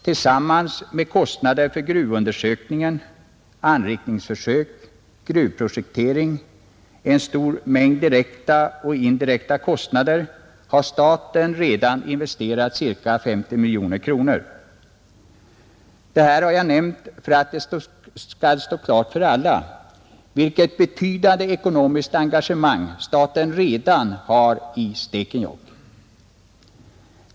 Tillsammans med kostnader för gruvundersökningen, anrikningsförsök, gruvprojektering och en stor mängd direkta och indirekta kostnader har staten redan investerat ca 50 miljoner kronor, Detta har jag nämnt för att det ska stå klart för alla vilket betydande ekonomiskt engagemang staten redan har i Stekenjokk.